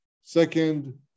Second